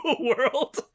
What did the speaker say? World